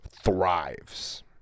thrives